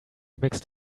mixed